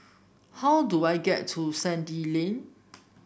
how do I get to Sandy Lane